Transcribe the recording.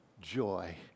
joy